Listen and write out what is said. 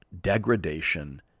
degradation